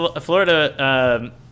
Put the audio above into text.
Florida